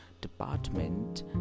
department